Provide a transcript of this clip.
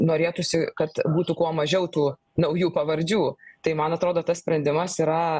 norėtųsi kad būtų kuo mažiau tų naujų pavardžių tai man atrodo tas sprendimas yra